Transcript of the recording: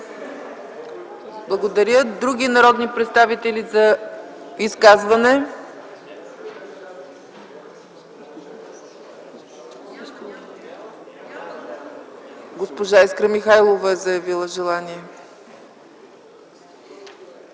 Благодаря. Има ли други народни представители за изказване? Госпожа Искра Димитрова Михайлова е заявила желание.